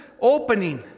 opening